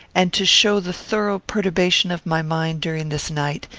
and to show the thorough perturbation of my mind during this night,